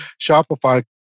Shopify